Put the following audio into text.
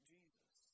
Jesus